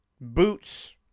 boots